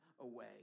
away